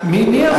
מי אמר את זה?